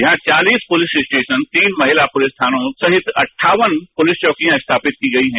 यहां चालिस police station तीन महिला पुलिस थानों सहित अन्छावन पुलिस चौकियां स्थापित की गयी हैं